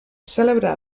cèlebre